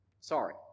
Sorry